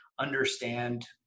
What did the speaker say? Understand